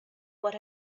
what